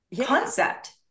concept